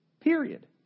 period